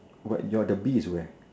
wait your the bee is where